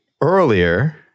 earlier